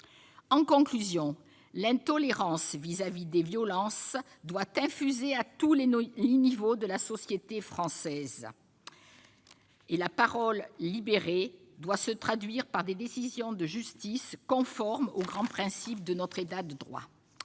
En conclusion, l'intolérance à l'égard des violences doit infuser à tous les niveaux de la société française, et la libération de la parole doit aboutir à des décisions de justice conformes aux grands principes de notre État de droit.